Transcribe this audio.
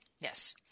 Yes